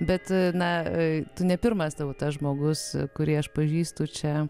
bet na tu ne pirmas tau tas žmogus kurį aš pažįstu čia